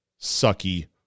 sucky